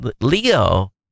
Leo